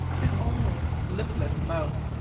his almost lipless mouth,